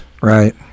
Right